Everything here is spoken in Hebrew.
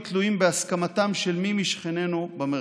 תלויים בהסכמתם של מי משכנינו במרחב.